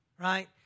right